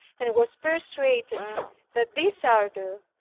and was persuaded that this ardor,